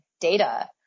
data